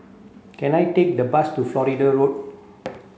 can I take a bus to Florida Road